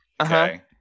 okay